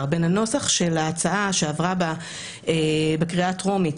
בין הנוסח של ההצעה שעברה בקריאה הטרומית,